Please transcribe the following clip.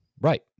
Right